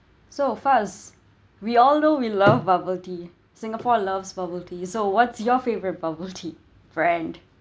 so Faz we all know we love bubble tea singapore loves bubble tea so what's your favourite bubble tea brand